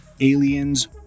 aliens